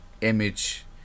image